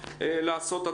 זה